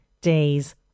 days